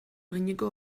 eginiko